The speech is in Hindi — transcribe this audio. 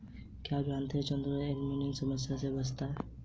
क्या आप जानते है चुकंदर एनीमिया की समस्या से बचाता है?